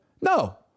No